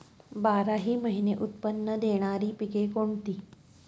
बाराही महिने उत्त्पन्न देणारी पिके कोणती?